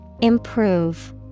Improve